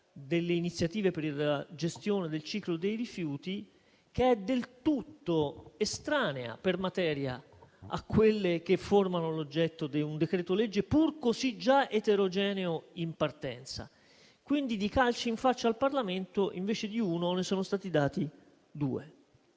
delle iniziative per la gestione del ciclo dei rifiuti; disposizione del tutto estranea per materia a quelle che formano l'oggetto di un decreto-legge, pur già così eterogeneo in partenza. Quindi, di calci in faccia al Parlamento invece di uno ne sono stati dati due.